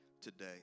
today